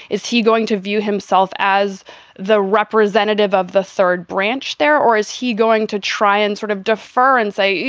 is he going to view himself as the representative of the third branch there, or is he going to try and sort of defer and say,